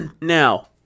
now